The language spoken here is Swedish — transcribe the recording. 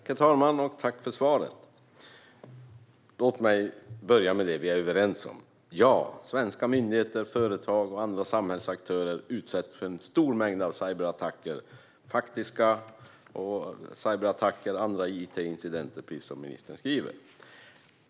Herr talman! Tack för svaret, försvarsministern! Låt mig börja med det vi är överens om: Ja, svenska myndigheter, företag och andra samhällsaktörer utsätts för en stor mängd cyberattacker, både faktiska cyberattacker och andra it-incidenter, precis som ministern skriver.